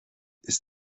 ist